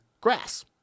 grass